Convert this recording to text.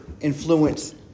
influence